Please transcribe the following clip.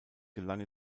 gelang